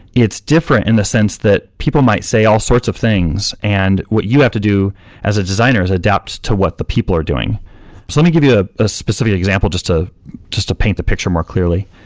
it's different in the sense that people might say all sorts of things and what you have to do as a designer is adapt to what the people are doing let me give you ah a specific example just to just to paint the picture more clearly.